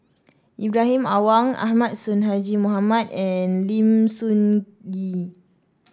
Ibrahim Awang Ahmad Sonhadji Mohamad and Lim Sun Gee